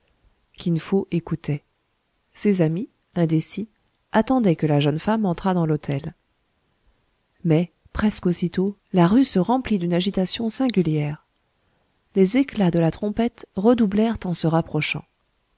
kin fo écoutait ses amis indécis attendaient que la jeune femme entrât dans l'hôtel mais presque aussitôt la rue se remplit d'une agitation singulière les éclats de la trompette redoublèrent en se rapprochant